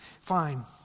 fine